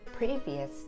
previous